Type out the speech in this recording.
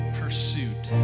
pursuit